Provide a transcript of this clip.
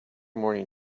morning